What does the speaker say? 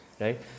right